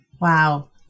Wow